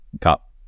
Cup